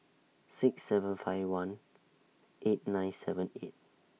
six seven five one eight nine seven eight